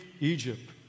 Egypt